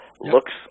looks